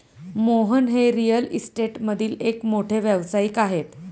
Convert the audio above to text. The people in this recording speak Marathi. मोहन हे रिअल इस्टेटमधील एक मोठे व्यावसायिक आहेत